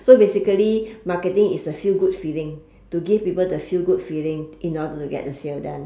so basically marketing is a feel good feeling to give people the feel good feeling in order to get the sale done